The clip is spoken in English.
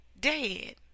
dead